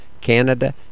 Canada